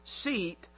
seat